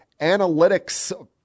analytics